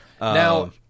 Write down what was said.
Now